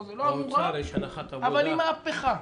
אבל היא מהפכה.